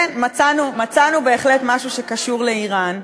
כן, מצאנו, מצאנו בהחלט משהו שקשור לאיראן.